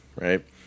right